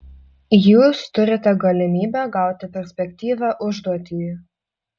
jūs turite galimybę gauti perspektyvią užduoti